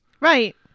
Right